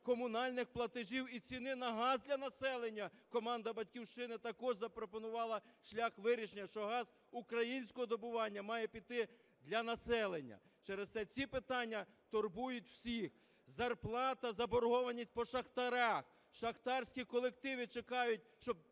комунальних платежів і ціни на газ для населення. Команда "Батьківщини" також запропонувала шлях вирішення, що газ українського добування має піти для населення. Через це ці питання турбують всіх. Зарплата, заборгованість по шахтарях, шахтарські колективи чекають, щоб